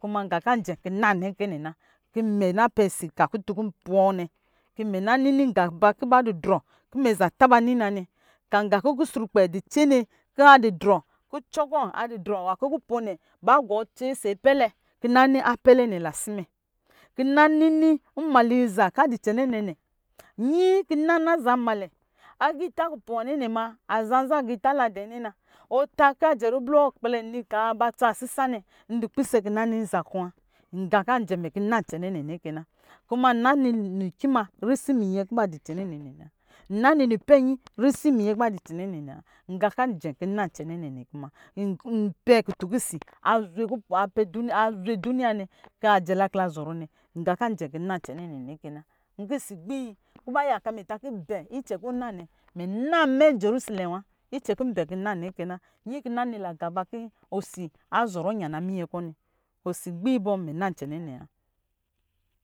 Kuma gā kajɛ̄ kɔ̄ na nɛ kɛ nɛ na, kɔ̄ mɛ na pɛsi ka kutun kin pɔ̄ɔ̄ nɛ ki mɛ na ningā kuba didrɔ kimɛ za ni na nɛ, kan gā kin kusrukpɛ di cɛnɛ ka di drɔ kɔ̄ kupɔ̄ɔ̄ nɛ ba gɔɔ tsɛ sɔ̄ a pɛlɛ nɛ na si mɛ kina nini nmaliiza ka di cɛnɛ nɛ nɛ, nyi kinna na zanmalɛ agiita kupɔ̄ɔ̄ nwanɛ ma aza nzaa, nza agiita la dɛɛ nɛ na ɔta kajɛ ribli wɔ kpɛlɛ ni, ka ba tsa sisa nɛ, ndi pisɛ kina ni nzaa kɔ̄ wa ngā kɔ ajɛ mɛ kɔ̄ na cɛnɛ nɛ ke na ni risi minyɛ kɔ̄ ba dicɛ nɛ nɛ nɛ, nnɔ ni nipɛnyi risin minyɛ kɔ̄ ba di cɛnɛ ngā kɔ̄ ā jɛn kɔ̄ na cɛnɛ nɛ kɛna npɛɛ kutɔ̄ si a zwe duniya kajɛlɛ kila zɔrɔ nɛ, nkisi gbit kiba yaka mɛ taki bɛ icɛ kɔ̄ ɔ̄ nanɛ, mɛ namɛ jɔrisɛlɛ icɛ kin bɛ kin na nɛ kɛ na nyi kɔ̄ na ni nagi bakin osi azɔrɔ yana minyɛ kɔ̄ nɛ osi gbii bɔ mɛ na mɛ cɛ nɛ nɛ